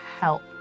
help